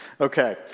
Okay